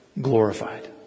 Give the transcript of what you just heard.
glorified